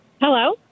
Hello